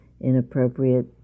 inappropriate